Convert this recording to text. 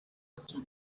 sous